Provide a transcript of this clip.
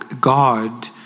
God